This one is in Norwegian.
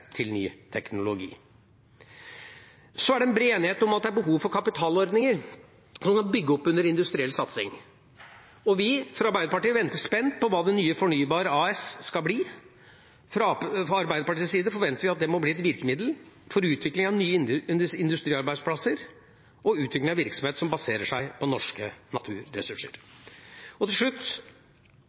til ny teknologi. Så er det bred enighet om at det er behov for kapitalordninger som kan bygge opp under industriell satsing. Vi fra Arbeiderpartiet venter spent på hva det nye Fornybar AS skal bli. Fra Arbeiderpartiets side forventer vi at det må bli et virkemiddel for utvikling av nye industriarbeidsplasser og utvikling av virksomhet som baserer seg på norske naturressurser. Til slutt: